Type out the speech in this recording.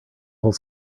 whole